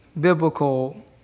biblical